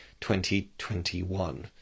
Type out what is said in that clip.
2021